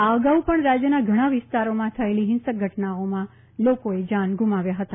આ અગાઉ પણ રાજયના ઘણા વિસ્તારોમાં થયેલી િંહંસક ઘટનાઓમાં લોકોએ જાન ગુમાવ્યા હતા